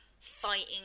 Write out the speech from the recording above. fighting